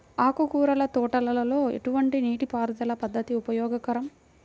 ఆకుకూరల తోటలలో ఎటువంటి నీటిపారుదల పద్దతి ఉపయోగకరం?